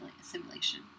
assimilation